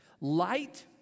Light